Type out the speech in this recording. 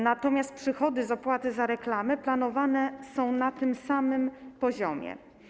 Natomiast przychody z opłaty za reklamę planowane są na tym samym poziomie.